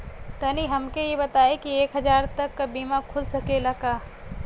तनि हमके इ बताईं की एक हजार तक क बीमा खुल सकेला का?